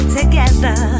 together